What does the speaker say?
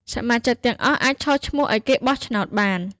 សមាជិកទាំងអស់អាចឈរឈ្មោះឱ្យគេបោះឆ្នោតបាន។